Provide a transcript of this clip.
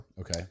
Okay